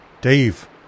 Dave